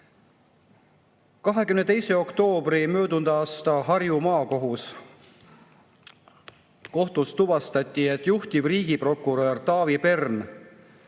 22. oktoobril möödunud aastal Harju Maakohtus tuvastati, et juhtiv riigiprokurör Taavi Pern